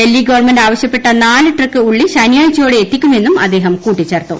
Delhi government ആവശ്യപ്പെട്ട നാല് truck ഉളളി ശനിയാഴ്ചയോടെ എത്തിക്കുമെന്നും അദ്ദേഹം കൂട്ടിച്ചേർത്തു